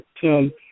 Tim